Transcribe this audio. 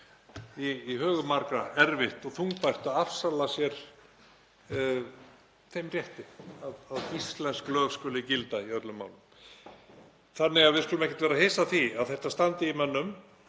í hugum margra erfitt og þungbært að afsala sér þeim rétti að íslensk lög skuli gilda í öllum málum. Þannig að við skulum ekkert vera hissa á því að þetta standi í mönnum.